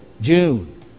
June